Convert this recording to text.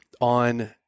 on